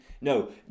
No